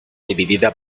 dividida